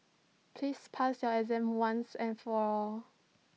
please pass your exam once and for all